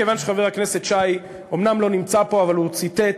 כיוון שחבר הכנסת שי אומנם לא נמצא פה אבל הוא ציטט,